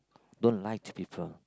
don't lie to people